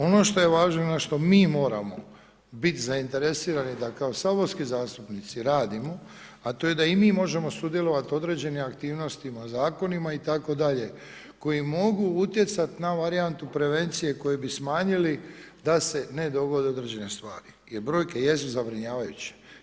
Ono što je važno, na što mi moramo biti zainteresirani da kao saborski zastupnici radimo a to je da i mi možemo sudjelovati u određenim aktivnostima i zakonima itd., koji mogu utjecati na ovi varijantu prevencije koju bi smanjili da se ne dogode određene stvari jer brojke jesu zabrinjavajuće.